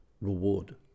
reward